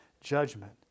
judgment